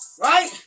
right